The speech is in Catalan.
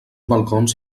balcons